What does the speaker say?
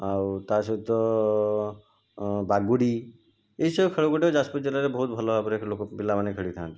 ଆଉ ତା'ସହିତ ବାଗୁଡ଼ି ଏଇସବୁ ଖେଳ ଗୁଡ଼ିକ ଯାଜପୁର ଜିଲ୍ଲାରେ ବହୁତ ଭଲ ଭାବରେ ଲୋକ ପିଲାମାନେ ଖେଳିଥାନ୍ତି